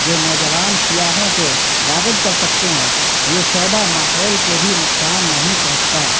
جو نوجوان سیاحوں کو راغب کر سکتے ہیں یہ شعبہ ماحول کو بھی نقصان نہیں پہنچتا